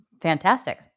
Fantastic